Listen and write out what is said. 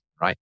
right